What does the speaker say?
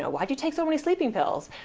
ah why did you take so many sleeping pills,